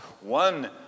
one